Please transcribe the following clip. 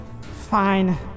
Fine